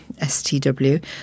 STW